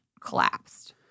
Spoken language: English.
collapsed